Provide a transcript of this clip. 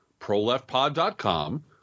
ProLeftPod.com